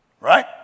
right